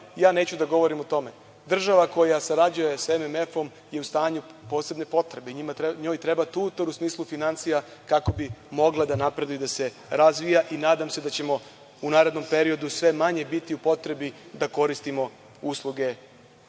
ja neću da govorim tome, država koja sarađuje sa MMF je u stanju posebne potrebe. Njoj treba tutor u smislu finansija kako bi mogla da napreduje i da se razvija i nadam se da ćemo u narednom periodu sve manje biti u potrebi da koristimo usluge